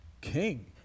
King